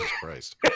Christ